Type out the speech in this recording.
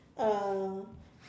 uh